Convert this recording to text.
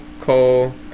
Cole